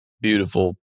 beautiful